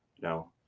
No